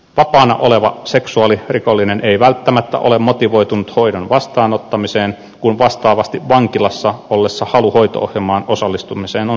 vapaana oleva seksuaalirikollinen ei välttämättä ole motivoitunut hoidon vastaanottamiseen kun vastaavasti vankilassa ollessa halu hoito ohjelmaan osallistumiseen on suurempi